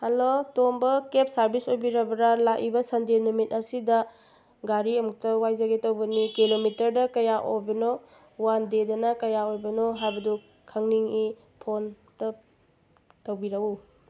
hello Tomba cab service ꯑꯣꯏꯕꯤꯔꯕ꯭ꯔꯥ ꯂꯥꯛꯏꯕ ꯁꯟꯗꯦ ꯅꯨꯃꯤꯠ ꯑꯁꯤꯗ ꯒꯥꯔꯤ ꯑꯃꯨꯛꯇ ꯋꯥꯏꯖꯒꯦ ꯇꯧꯕꯅꯤ ꯀꯤꯂꯣꯃꯤꯇꯔꯗ ꯀꯌꯥ ꯑꯣꯏꯕꯅꯣ ꯋꯥꯟ ꯗꯦꯗꯅ ꯀꯌꯥ ꯑꯣꯏꯕꯅꯣ ꯍꯥꯏꯕꯗꯨ ꯈꯪꯅꯤꯡꯉꯤ ꯐꯣꯟꯗ ꯇꯧꯕꯤꯔꯛꯎ